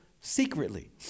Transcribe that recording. secretly